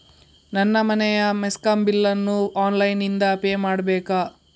ನನ್ನ ಮನೆಯ ಮೆಸ್ಕಾಂ ಬಿಲ್ ಅನ್ನು ಆನ್ಲೈನ್ ಇಂದ ಪೇ ಮಾಡ್ಬೇಕಾ?